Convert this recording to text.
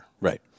Right